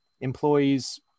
employees